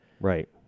right